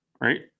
Right